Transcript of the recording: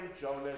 Jonas